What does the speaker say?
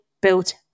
built